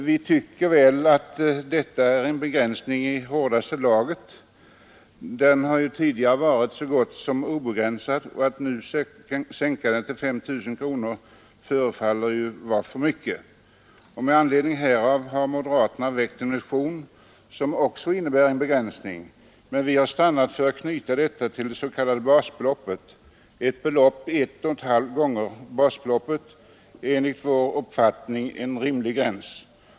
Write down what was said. Vi motionärer tycker att denna begränsning är i hårdaste laget. Avdragsrätten har tidigare varit så gott som obegränsad, och en minskning till 5 000 kronor förefaller vara en alltför kraftig inskränkning. Med anledning härav har moderaterna väckt en motion, som också innebär en begränsning. Men vi har stannat för att knyta avdragsrätten till det s.k. basbeloppet. Ett belopp motsvarande en och en halv gånger basbeloppet är enligt vår uppfattning en rimlig gräns.